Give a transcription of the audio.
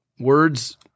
Words